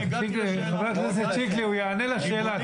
חבר הכנסת שיקלי, הוא יענה לשאלה.